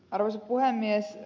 arvoisa puhemies